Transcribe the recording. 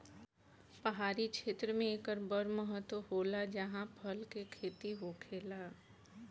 पहाड़ी क्षेत्र मे एकर बड़ महत्त्व होला जाहा फल के खेती होखेला